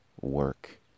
work